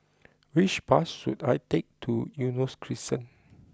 which bus should I take to Eunos Crescent